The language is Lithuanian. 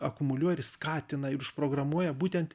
akumuliuoja ir skatina ir užprogramuoja būtent